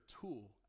tool